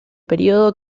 período